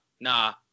nah